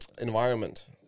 environment